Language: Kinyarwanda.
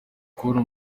kubona